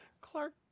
clark